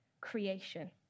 creation